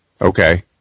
Okay